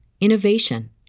innovation